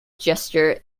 gesture